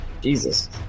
Jesus